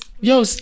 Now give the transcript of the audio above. Yo